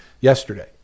yesterday